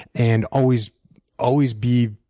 and always always be